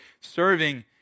serving